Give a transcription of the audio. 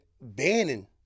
banning